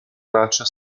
traccia